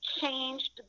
changed